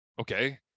okay